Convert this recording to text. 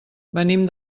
venim